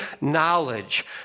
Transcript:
knowledge